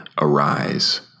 arise